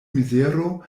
mizero